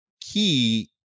key